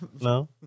No